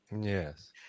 yes